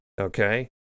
okay